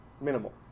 minimal